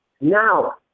Now